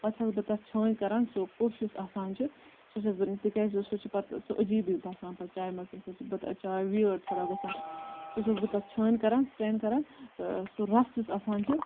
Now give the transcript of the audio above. پَتہٕ چھَس بہٕ تتھ چھٲنٛۍ کَران سُہ کوٚش یُس آسان چھُ سُہ چھَس بہٕ تِکیازِ سُہ چھُ پَتہٕ سُہ عجیٖبے باسان پتہٕ چایہِ مَنٛز تمہِ سۭتۍ چھِ پَتہٕ چاے وِیٲڑ تھوڑا گَژھان سُہ چھَس بہٕ تتھ چھٲنۍ کَران سٹین کَران تہٕ سُہ رَس یُس آسان چھُ